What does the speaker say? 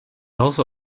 also